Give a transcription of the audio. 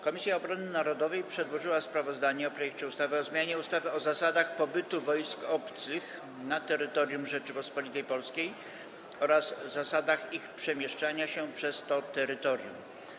Komisja Obrony Narodowej przedłożyła sprawozdanie o projekcie ustawy o zmianie ustawy o zasadach pobytu wojsk obcych na terytorium Rzeczypospolitej Polskiej oraz zasadach ich przemieszczania się przez to terytorium.